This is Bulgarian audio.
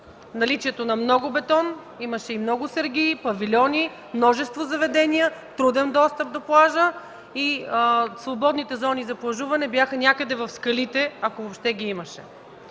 наличието на много бетон имаше и много сергии, павилиони, множество заведения, труден достъп до плажа, свободните зони за плажуване бяха някъде в скалите, ако въобще ги имаше.